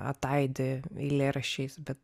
ataidi eilėraščiais bet